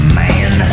man